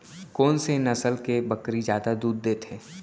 कोन से नस्ल के बकरी जादा दूध देथे